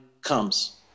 comes